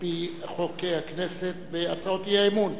על-פי חוק הכנסת, בהצעות האי-אמון.